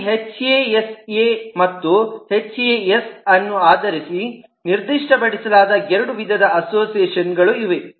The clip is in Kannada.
ಈ ಹೆಚ್ಎಎಸ್ ಎ HAS A ಮತ್ತು ಹೆಚ್ಎಎಸ್ ಅನ್ನು ಆಧರಿಸಿ ನಿರ್ದಿಷ್ಟಪಡಿಸಲಾದ ಎರಡು ವಿಧದ ಅಸೋಸಿಯೇಷನ್ಗಳು ಇವೆ